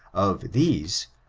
of these,